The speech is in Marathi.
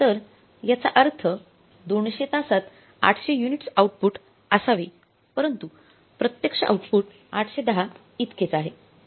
तर याचा अर्थ 200 तासात 800 युनिट आउटपुट असावे परंतु प्रत्यक्ष आउटपुट 810 इतकेच आहे